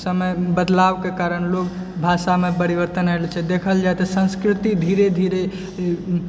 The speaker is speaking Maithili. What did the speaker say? समय बदलावके कारण लोग भाषामे परिवर्तन आयल छै देखल जाइ तऽ संस्कृति धीरे धीरे